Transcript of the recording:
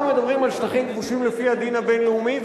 אנחנו מדברים על שטחים כבושים לפי הדין הבין-לאומי,